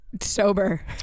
sober